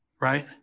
right